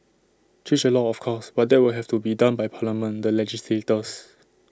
change the law of course but that will have to be done by parliament the legislators